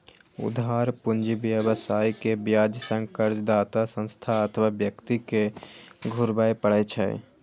उधार पूंजी व्यवसायी कें ब्याज संग कर्जदाता संस्था अथवा व्यक्ति कें घुरबय पड़ै छै